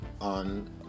on